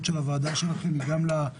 שלכם היא לא רק